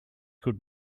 could